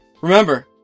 Remember